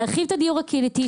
להרחיב את הדיור הקהילתי.